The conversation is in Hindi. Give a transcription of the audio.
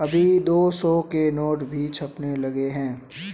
अभी दो सौ के नोट भी छपने लगे हैं